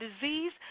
disease